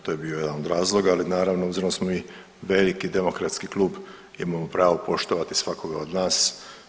To je bio jedan od razloga, ali naravno obzirom da smo mi veliki demokratski klub imamo pravo poštovati svakoga od nas.